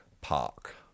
Park